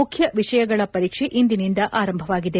ಮುಖ್ಯ ವಿಷಯಗಳ ಪರೀಕ್ಷೆ ಇಂದಿನಿಂದ ಆರಂಭವಾಗಿದೆ